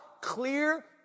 clear